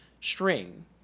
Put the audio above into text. string